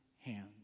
hands